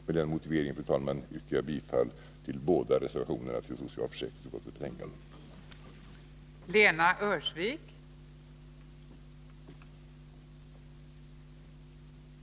Med den motiveringen, fru talman, yrkar jag bifall till båda reservationerna till socialförsäkringsutskottets betänkande nr 3.